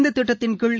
இந்த திட்டத்தின்கீழ்